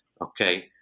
Okay